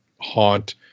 Haunt